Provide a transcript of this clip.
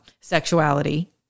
sexuality